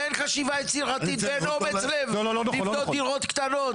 ואין חשיבה יצירתית ואין אומץ לב לבנות דירות קטנות,